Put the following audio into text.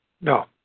No